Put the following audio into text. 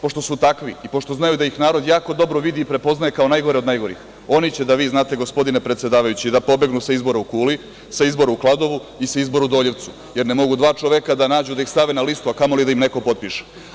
Pošto su takvi i pošto znaju da ih narod jako dobro vidi i prepoznaje kao najgore od najgorih, oni će, da vi znate, gospodine predsedavajući, da pobegnu sa izbora u Kuli, sa izbora u Kladovu i sa izbora u Doljevcu, jer ne mogu dva čoveka da nađu da ih stave na listu, a kamoli da im neko potpiše.